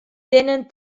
tenen